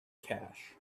cash